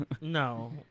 No